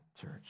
church